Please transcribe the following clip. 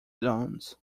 zones